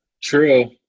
True